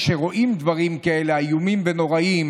כשרואים דברים כאלה איומים ונוראים,